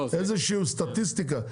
איזושהי סטטיסטיקה.